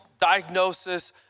diagnosis